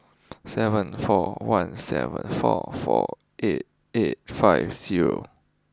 seven four one seven four four eight eight five zero